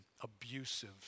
abusive